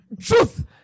truth